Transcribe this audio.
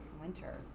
winter